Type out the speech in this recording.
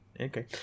okay